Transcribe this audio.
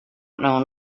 known